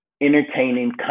entertaining